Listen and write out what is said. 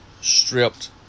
stripped